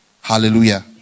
Hallelujah